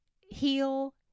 heal